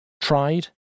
tried